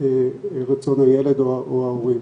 רצון הילד או ההורים,